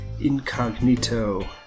incognito